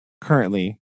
currently